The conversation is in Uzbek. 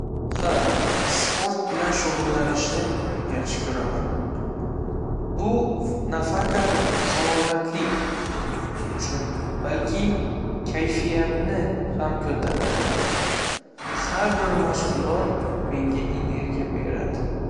Ha, sport bilan shug'ullanishni yaxshi ko'raman. Bu nafaqat salomatlik uchun, balki kayfiyatni ham ko'taradi. Har bir mashg'ulot menga energiya beradi.